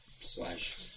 Slash